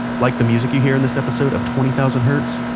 like the music you hear on this episode of twenty thousand hertz?